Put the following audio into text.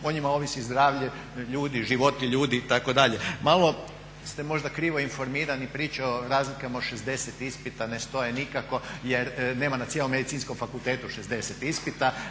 o njima ovisi zdravlje ljudi, životi ljudi itd. Malo ste možda krivo informirani priča o razlikama od 60 ispita ne stoje nikako jer nema cijelom Medicinskom fakultetu 60 ispita,